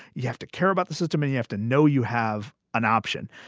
you have to care about the system and you have to know you have an option.